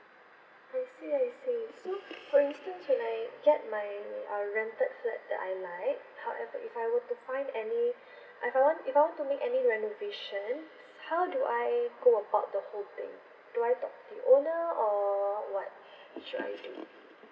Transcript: I see I see so for instance when I get my uh rented flat that I like however if I were to find any if I want if I want to make renovations how do I go about the whole thing do I talk to the owner or what should I do